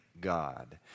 God